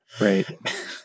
Right